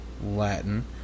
Latin